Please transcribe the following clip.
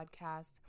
Podcast